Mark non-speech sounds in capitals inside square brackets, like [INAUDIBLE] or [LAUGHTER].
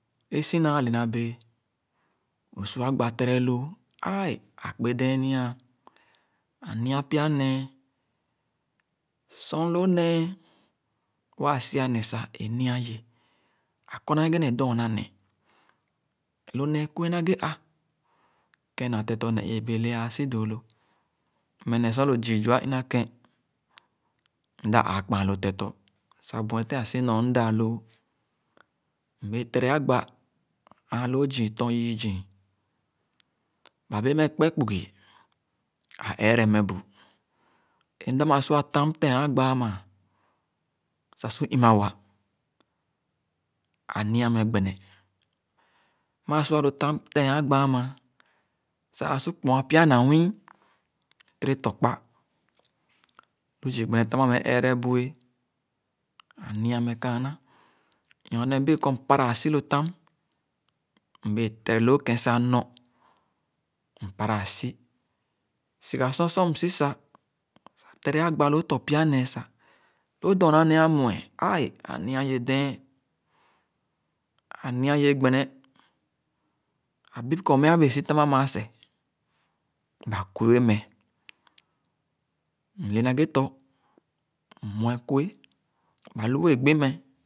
É si naa lenaabee õ su agba tere loo, ãã-è, akpedẽẽn nia. Ã nia pya nẽẽ. Sor lo nẽẽ waa si-a neh sah é nia yẽ, ã kɔr na ghe ne dɔna neh, lo nẽẽ kue nee ã. Kẽn na tetɔ ne ii bẽẽ lè ãã si dõõ lo mme ne sor lo zii zua ina-kèn Mda ãã-kpããn lo tetɔ sah bue-tèn ã si nɔr mdãã lõõ. Mbẽẽ tere agbà ãã lõõ zii tɔ yii zii, ba bẽẽ meh kpe kpugia, ã ẽẽre meh bu. É mda maa sua tam tere agbà àmã sah su ima-wa. Ania meh gbene. Maa sua lo tam tere agba ãmã sah ãã su kpoa pya na nwii tèrè tɔkpa. Lu zii gbene tam ameh ẽẽrẽ bu é. Ania meh kããná nyorne bẽẽ kɔr mpara ãsi lo tam. Mbẽẽ tere loo kẽn sah nɔr, mpara ãsi. Siga sor, sor msi sah, sah tere agbà lõõ tɔ pya nẽẽ sah, lõõ dɔna nẽẽ amue, ãã-e, [EXCLAMATION], ãnia ye, dẽẽn, ania ye gbene, ãbib kɔr meh abẽẽ sitam ãmã seh, ba kue meh. Mie na ghe tɔ, m-mue kue, ba lu wẽẽ gbi meh